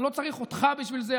אני לא צריך אותך בשביל זה.